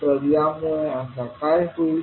तर यामुळे आता काय होईल